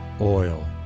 oil